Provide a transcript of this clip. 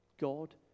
God